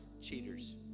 cheaters